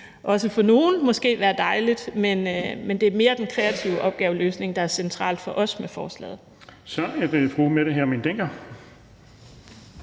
også for nogle være dejligt, men det er mere den kreative opgaveløsning, der er central for os med det